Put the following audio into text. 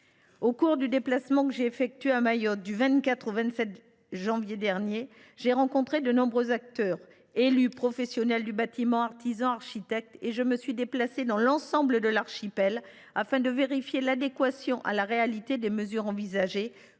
Au cours du déplacement que j’ai effectué à Mayotte du 24 au 27 janvier dernier, j’ai rencontré de nombreux acteurs – élus, professionnels du bâtiment, artisans, architectes. Je me suis rendue dans l’ensemble de l’archipel, afin de vérifier l’adéquation à la réalité des mesures envisagées,